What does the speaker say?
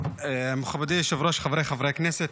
מכובדי היושב-ראש, חבריי חברי הכנסת,